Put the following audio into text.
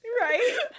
Right